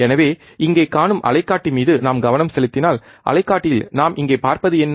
எனவே இங்கே காணும் அலைக்காட்டி மீது நாம் கவனம் செலுத்தினால் அலைக்காட்டியில் நாம் இங்கே பார்ப்பது என்ன